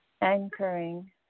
Anchoring